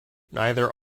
neither